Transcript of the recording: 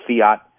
fiat